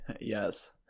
Yes